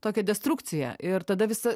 tokią destrukciją ir tada visa